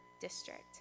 district